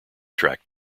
track